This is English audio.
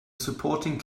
supporting